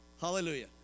Hallelujah